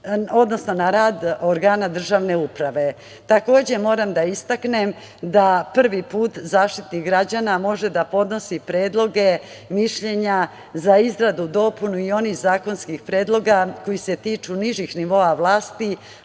odnosno na rad organa državne uprave. Takođe, moram da istaknem da prvi put Zaštitnik građana može da podnosi predloge, mišljenja za izradu i dopunu onih zakonskih predloga koji se tiču nižih nivoa vlasti,